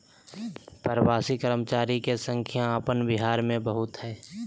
प्रवासी कर्मचारी के संख्या अपन बिहार में बहुत हइ